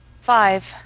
Five